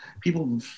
People